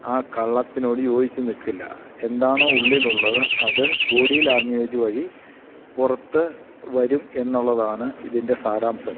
ആ കള്ളത്തിനോടു യോജിച്ചുനില്ക്കില്ല എന്താണോ ഉള്ളിലുള്ളത് അത് ബോഡി ലാങ്വേജ് വഴി പുറത്തു വരും എന്നുള്ളതാണ് ഇതിൻ്റെ സാരാംശം